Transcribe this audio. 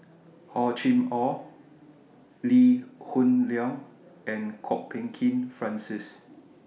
Hor Chim Or Lee Hoon Leong and Kwok Peng Kin Francis